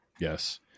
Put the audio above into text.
Yes